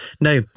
Now